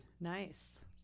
Nice